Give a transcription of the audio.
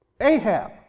Ahab